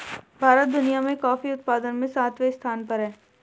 भारत दुनिया में कॉफी उत्पादन में सातवें स्थान पर है